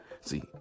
See